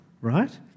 right